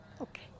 Okay